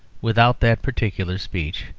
without that particular speech,